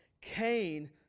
Cain